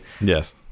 yes